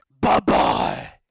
Bye-bye